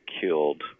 killed